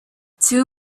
too